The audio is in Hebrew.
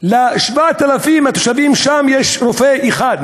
ל-7,000 התושבים שם יש רופא אחד,